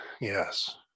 yes